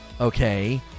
okay